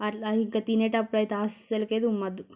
అట్ల అంటే ఇంక తినేటప్పుడైతె అస్సలకే తుమ్మద్దు